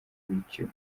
biciwe